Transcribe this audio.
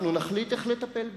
אנחנו נחליט איך לטפל בה.